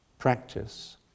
practice